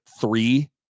three